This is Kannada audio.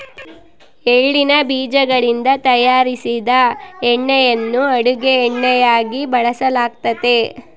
ಎಳ್ಳಿನ ಬೀಜಗಳಿಂದ ತಯಾರಿಸಿದ ಎಣ್ಣೆಯನ್ನು ಅಡುಗೆ ಎಣ್ಣೆಯಾಗಿ ಬಳಸಲಾಗ್ತತೆ